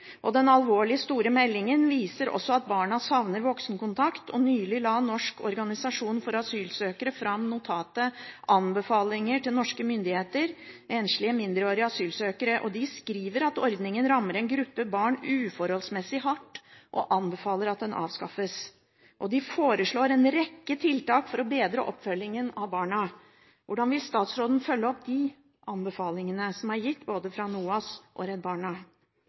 og Redd Barnas «En alvorlig stor melding» viser at barna savner voksenkontakt. Nylig la Norsk organisasjon for asylsøkere fram notatet «Anbefalinger til norske myndigheter Enslige mindreårige asylsøkere». De skriver at ordningen rammer en gruppe barn uforholdsmessig hardt, og anbefaler at den avskaffes. De foreslår en rekke tiltak for å bedre oppfølgingen av barna. Hvordan vil statsråden følge opp de anbefalingene som er gitt, både fra NOAS og fra Redd Barna?